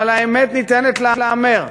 אבל האמת ניתנת להיאמר: